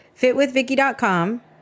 fitwithvicky.com